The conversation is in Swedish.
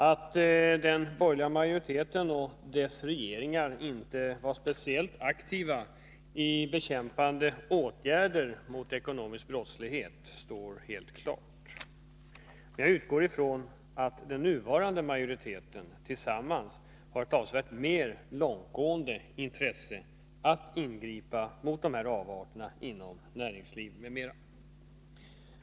Att den borgerliga majoriteten och dess regeringar inte var speciellt aktiva när det gällde att sätta in åtgärder för att bekämpa den ekonomiska brottsligheten står helt klart. Jag utgår ifrån att den nuvarande majoriteten har ett avsevärt mer långtgående intresse av att ingripa mot dessa avarter inom näringslivet m.m.